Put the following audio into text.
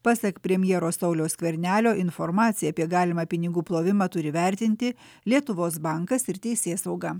pasak premjero sauliaus skvernelio informaciją apie galimą pinigų plovimą turi vertinti lietuvos bankas ir teisėsauga